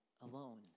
alone